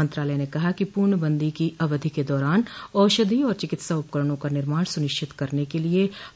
मंत्रालय ने कहा कि पूर्णबंदी की अवधि के दौरान औषधि और चिकित्सा उपकरणों का निर्माण सुनिश्चित करने के